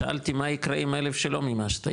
שאלתי מה ייקרה עם אלה שלא מימשת?